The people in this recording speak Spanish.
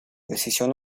decisión